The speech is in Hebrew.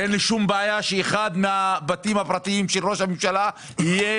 ואין לי שום בעיה שאחד מהבתים הפרטיים של ראש הממשלה יהיה